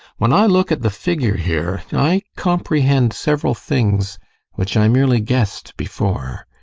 when i look at the figure here i comprehend several things which i merely guessed before.